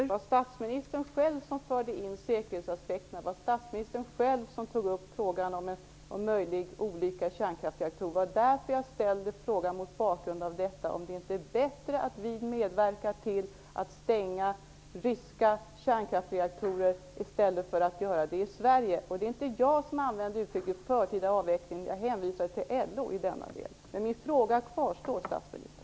Fru talman! Det var statsministern själv som förde in säkerhetsaspekterna. Det var statsministern själv som tog upp frågan om en möjlig olycka i kärnkraftsreaktorer. Jag ställde frågan mot bakgrund av detta. Är det inte bättre att vi medverkar till att stänga ryska kärnkraftsreaktorer i stället för att stänga reaktorer i Sverige? Det är inte jag som använder uttrycket förtida avveckling. Jag hänvisade till LO i denna del. Men min fråga kvarstår, statsministern.